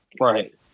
Right